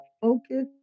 focus